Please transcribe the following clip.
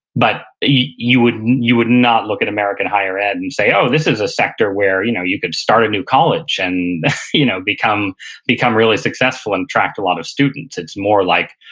but you would you would not look at american higher ed and say, oh this is a sector where you know you could start a new college, and you know become become really successful, and attract a lot of students. it's more like,